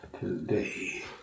today